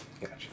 Gotcha